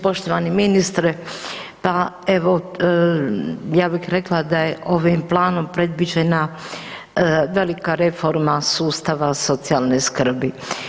Poštovani ministre, pa evo ja bih rekla da je ovim planom predviđena velika reforma sustava socijalne skrbi.